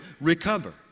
recover